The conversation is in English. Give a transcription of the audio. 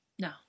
No